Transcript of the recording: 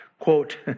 quote